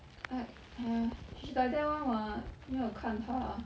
like !aiya! she's like that [one] [what] 没有看她